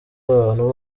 abantu